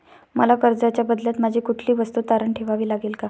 मला कर्जाच्या बदल्यात माझी कुठली वस्तू तारण ठेवावी लागेल का?